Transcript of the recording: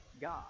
God